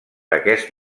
aquest